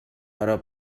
però